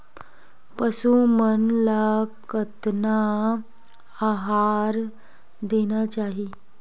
पशु मन ला कतना आहार देना चाही?